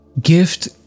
gift